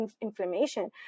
inflammation